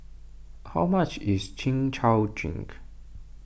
how much is Chin Chow Drink